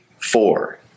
four